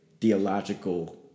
theological